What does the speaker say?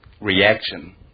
reaction